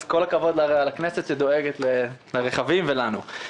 אז כל הכבוד לכנסת שדואגת לרכבים ולנו.